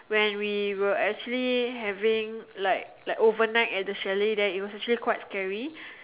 when we were actually having like like overnight at the chalet there it was actually quite scary